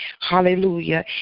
Hallelujah